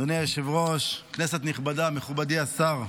אדוני היושב-ראש, כנסת נכבדה, מכובדי השר,